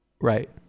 right